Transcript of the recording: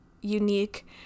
unique